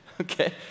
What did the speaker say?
Okay